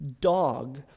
dog